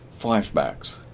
flashbacks